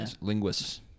linguists